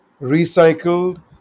recycled